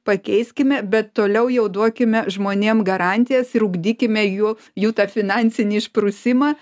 pakeiskime bet toliau jau duokime žmonėm garantijas ir ugdykime jų jų tą finansinį išprusimą